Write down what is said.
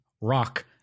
rock